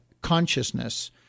consciousness